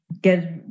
get